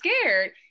scared